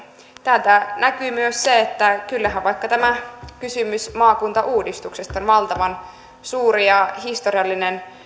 täältä näkyy myös vaikka tämä kysymys maakuntauudistuksesta valtavan suuri ja historiallinen asia